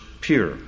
pure